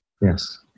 Yes